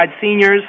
seniors